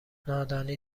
نادانی